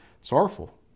sorrowful